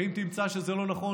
ואם תמצא שזה לא נכון,